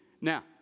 Now